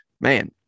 man